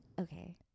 Okay